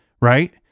right